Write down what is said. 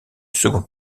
seconde